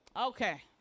Okay